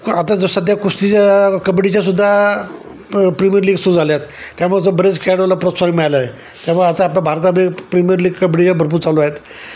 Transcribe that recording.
पण आता जर सध्या कुस्तीच्या कबड्डीच्यासुद्धा प प्रीमियर लीग सुरू झाल्या आहेत त्यामुळे बरेच खेळाडूला प्रोत्साहन मिळालं आहे त्यामुळे आता आपल्या भारतातील प्रीमियर लीग कबड्डीच्या भरपूर चालू आहेत